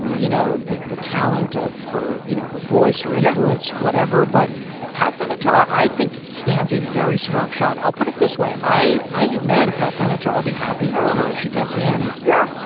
you know, the the talent of her, you know, her voice, her influence, whatever but pat benatar, i think, stands a very strong shot. i'll put it this way. i i ain't mad at pat benatar. i'll be happy for her if she gets in. yeah.